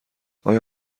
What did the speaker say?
آیا